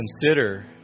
consider